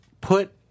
put